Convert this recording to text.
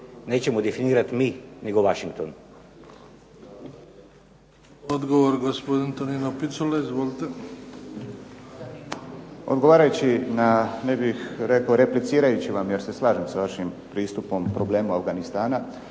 nećemo definirat mi nego Washington.